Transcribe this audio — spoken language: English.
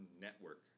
network